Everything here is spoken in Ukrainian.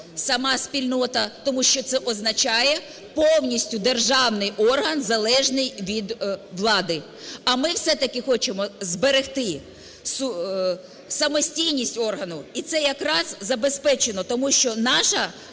сама спільнота, тому що це означає повністю державний орган залежний від влади. А ми все-таки хочемо зберегти самостійність органу, і це якраз забезпечено, тому що наш